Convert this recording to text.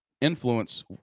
influence